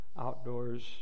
outdoors